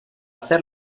hacer